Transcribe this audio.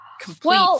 complete